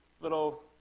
little